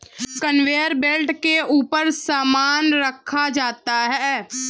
conveyor belt के ऊपर सामान रखा जाता है